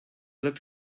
looked